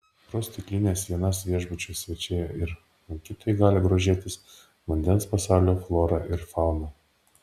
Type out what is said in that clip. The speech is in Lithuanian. pro stiklines sienas viešbučio svečiai ir lankytojai gali grožėtis vandens pasaulio flora ir fauna